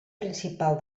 principal